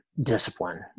discipline